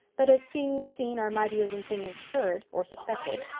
but as things seen are mightier than things heard, or suspected,